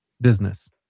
business